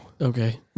okay